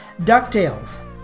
DuckTales